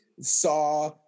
saw